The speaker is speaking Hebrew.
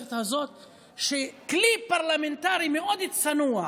המערכת הזאת לא מבינה שכלי פרלמנטרי מאוד צנוע,